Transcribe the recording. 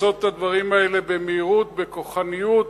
לעשות את הדברים האלה במהירות, בכוחניות,